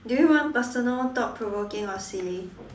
do you want personal thought provoking or silly